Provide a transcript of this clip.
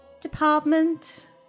department